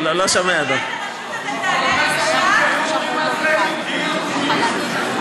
על מליאת הרשות אתה תענה לי בכתב?